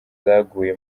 zaguye